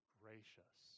gracious